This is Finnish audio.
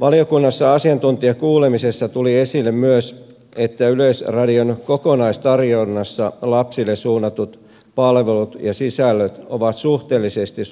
valiokunnassa asiantuntijakuulemisessa tuli esille myös että yleisradion kokonaistarjonnassa lapsille suunnatut palvelut ja sisällöt ovat suhteellisesti